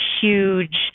huge